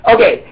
Okay